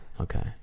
Okay